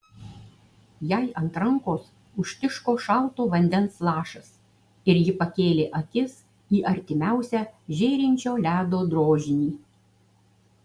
jai ant rankos užtiško šalto vandens lašas ir ji pakėlė akis į artimiausią žėrinčio ledo drožinį